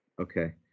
Okay